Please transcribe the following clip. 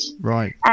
Right